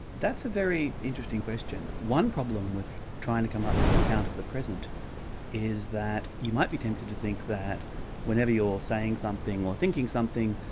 that's a very interesting question. one problem with trying to come up with an account of the present is that you might be tempted to think that whenever you're saying something or thinking something,